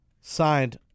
signed